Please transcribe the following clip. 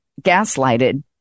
gaslighted